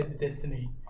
destiny